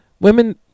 Women